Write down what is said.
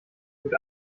gut